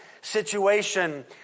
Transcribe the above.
situation